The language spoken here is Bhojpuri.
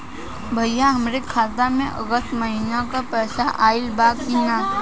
भईया हमरे खाता में अगस्त महीना क पैसा आईल बा की ना?